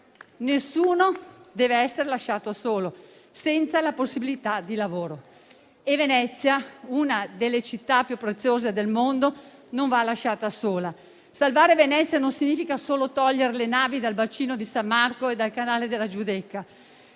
Nessuno deve essere lasciato solo senza la possibilità di lavoro e Venezia, una delle città più preziose del mondo, non va lasciata sola. Salvare Venezia non significa togliere le navi dal bacino di San Marco e dal canale della Giudecca,